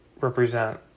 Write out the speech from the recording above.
represent